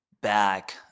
back